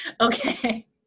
Okay